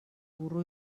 burro